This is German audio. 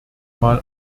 mal